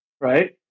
right